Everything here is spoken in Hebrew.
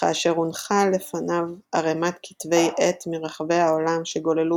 וכאשר הונחה לפניו ערימת כתבי עת מרחבי העולם שגוללו